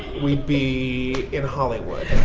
we'd be in hollywood.